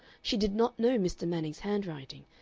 she did not know mr. manning's handwriting,